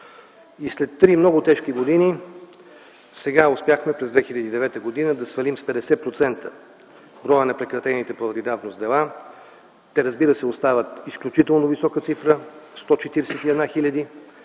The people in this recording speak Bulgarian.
След три много тежки години сега успяхме, през 2009 г., да свалим с 50% броя на прекратените поради давност дела. Те, разбира се, остават изключително висока цифра – 141